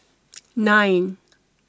nine